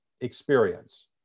experience